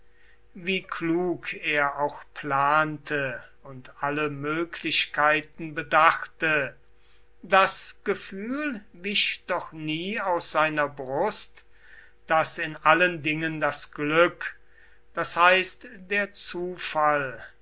wie klug er auch plante und alle möglichkeiten bedachte das gefühl wich doch nie aus seiner brust daß in allen dingen das glück das heißt der zufall